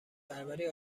پروری